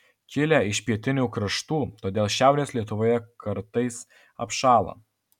kilę iš pietinių kraštų todėl šiaurės lietuvoje kartais apšąla